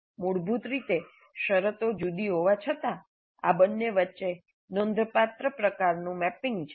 મૂળભૂત રીતે શરતો જુદા હોવા છતાં આ બંને વચ્ચે નોંધપાત્ર પ્રકારનો મેપિંગ છે